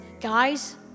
Guys